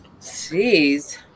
Jeez